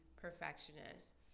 perfectionist